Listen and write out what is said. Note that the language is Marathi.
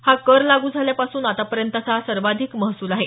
हा कर लागू झाल्यापासून आतापर्यंतचा हा सर्वाधिक महसूल आहे